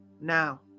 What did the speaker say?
now